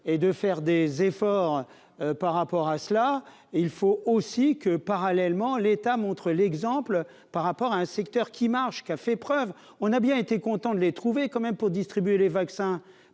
et de faire des efforts par rapport à cela et il faut aussi que parallèlement l'État montre l'exemple, par rapport à un secteur qui marche, qui a fait preuve, on a bien été content de les trouver, quand même, pour distribuer les vaccins